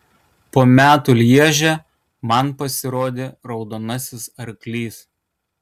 po metų lježe man pasirodė raudonasis arklys